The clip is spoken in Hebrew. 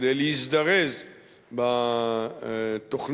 כדי להזדרז בתוכנית